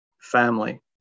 family